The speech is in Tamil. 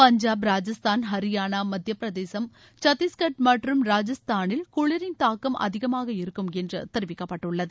பஞ்சாப் ராஜஸ்தான் ஹரிபானா மத்தியப்பிரதேசம் சத்தீஷ்கட் மற்றம் ராஜஸ்தானில் குளிரின் தாக்கம் அதிகமாக இருக்கும் என்று தெரிவிக்கப்பட்டுள்ளது